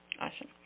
Awesome